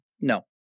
No